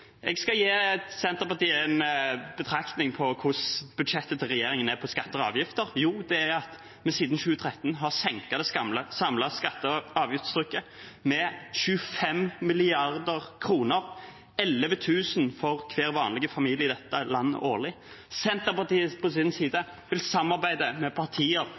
Jeg skal gi Senterpartiet en betraktning på hvordan budsjettet til regjeringen er når det gjelder skatter og avgifter. Siden 2013 har vi senket det samlede skatte- og avgiftstrykket med 25 mrd. kr – 11 000 kr for hver vanlig familie i dette landet årlig. Senterpartiet på sin side vil samarbeide med partier